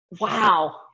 wow